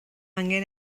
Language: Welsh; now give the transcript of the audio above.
angen